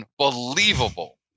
unbelievable